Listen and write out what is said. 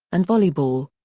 and volleyball.